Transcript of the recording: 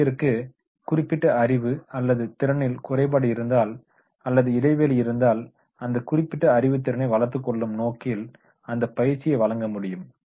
ஒரு ஊளியர்க்கு குறிப்பிட்ட அறிவு அல்லது திறனில் குறைபாடு இருந்தால் அல்லது இடைவெளி இருந்தால் அந்த குறிப்பிட்ட அறிவுத்திறனை வளர்த்துக்கொள்ளும் நோக்கில் அந்த பயிற்சியை வழங்க முடியும்